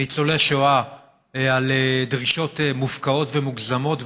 ניצולי שואה על דרישות מופקעות ומוגזמות,